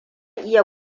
iya